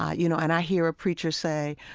ah you know, and i hear a preacher say,